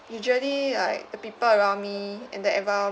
usually like the people around me and the environ~